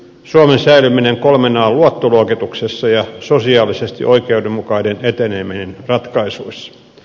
suomen säilyminen kolmen an luottoluokituksessa ja sosiaalisesti oikeudenmukainen eteneminen ratkaisuissa